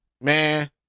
man